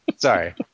Sorry